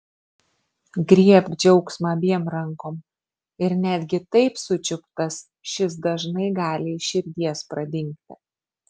griebk džiaugsmą abiem rankom ir netgi taip sučiuptas šis dažnai gali iš širdies pradingti